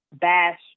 bash